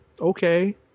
okay